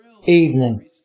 Evening